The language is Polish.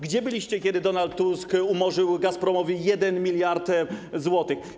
Gdzie byliście, kiedy Donald Tusk umorzył Gazpromowi 1 mld zł?